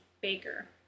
baker